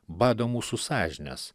bado mūsų sąžines